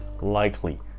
likely